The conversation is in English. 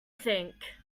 think